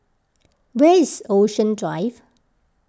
where is Ocean Drive